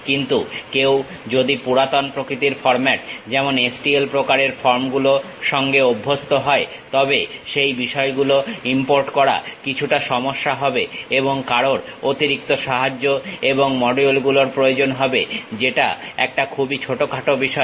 কিন্তু যদি কেউ পুরাতন প্রকৃতির ফর্মাট যেমন STL প্রকারের ফর্ম গুলোর সঙ্গে অভ্যস্ত হয় তবে সেই বিষয়গুলো ইমপোর্ট করা কিছুটা সমস্যা হবে এবং কারোর অতিরিক্ত সাহায্য এবং মডিউলগুলোর প্রয়োজন হবে যেটা একটা খুবই ছোটখাটো বিষয়